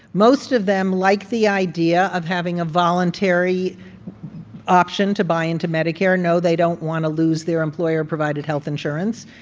most of them like the idea of having a voluntary option to buy into medicare. no, they don't want to lose their employer-provided health insurance.